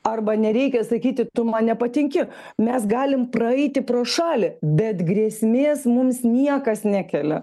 arba nereikia sakyti tu man nepatinki mes galim praeiti pro šalį bet grėsmės mums niekas nekelia